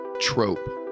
trope